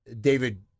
David